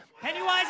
Pennywise